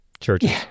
Churches